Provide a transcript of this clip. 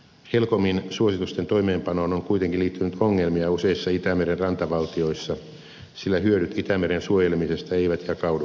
helcomin suositusten toimeenpanoon on kuitenkin liittynyt ongelmia useissa itämeren rantavaltioissa sillä hyödyt itämeren suojelemisesta eivät jakaudu tasaisesti